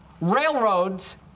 railroads